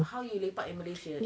how you lepak in malaysia